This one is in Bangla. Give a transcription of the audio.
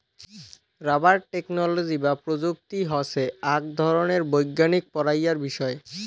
রাবার টেকনোলজি বা প্রযুক্তি হসে আক ধরণের বৈজ্ঞানিক পড়াইয়ার বিষয়